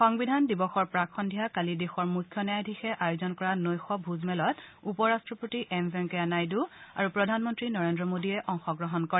সংবিধান দিৱসৰ প্ৰাক সন্ধ্যা কালি দেশৰ মুখ্য ন্যায়াধীশে আয়োজন কৰা নৈশ ভোজমেলত উপ ৰট্টপতি এম ভেংকায়া নাইডু আৰু প্ৰধানমন্ত্ৰী নৰেদ্ৰ মোদীয়ে অংশগ্ৰহণ কৰে